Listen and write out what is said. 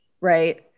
Right